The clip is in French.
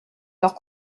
leurs